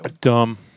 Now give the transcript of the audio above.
Dumb